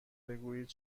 بگویید